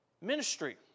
ministry